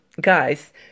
guys